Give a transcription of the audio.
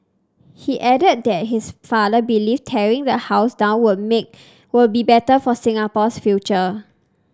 he added that his father believed tearing the house down would make would be better for Singapore's future